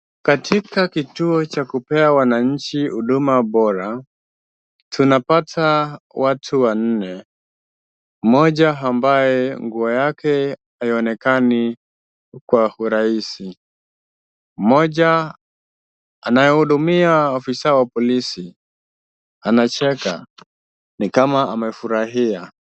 Katika kituo cha kupea wananchi huduma bora, tunapata watu wanne mmoja ambaye nguo yake haionekani kwa urahisi. Mmoja anayehudumia afisa wa polisi anacheka ni kama amefurahia.